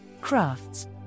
crafts